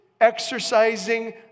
exercising